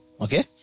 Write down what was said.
okay